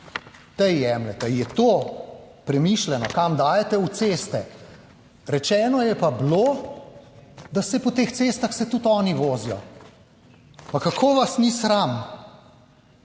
Tej jemljete, ali je to premišljeno, kam dajete? V ceste. Rečeno je pa bilo, da se po teh cestah se tudi oni vozijo. Pa kako vas ni sram?